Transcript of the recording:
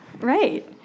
Right